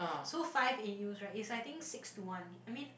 so five in Euros right is I think six to one I mean